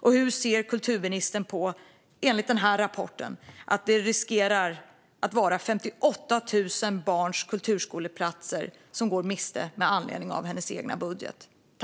Och hur ser kulturministern på att vi enligt den här rapporten riskerar att gå miste om 58 000 barns kulturskoleplatser med anledning av hennes egen budget?